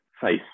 face